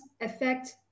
affect